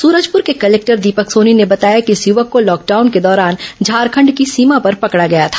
सूरजपुर के कलेक्टर दीपक सोनी ने बताया कि इस युवक को लॉकडाउन के दौरान झारखंड की सीमा पर पकड़ा गया था